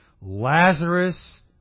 Lazarus